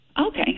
Okay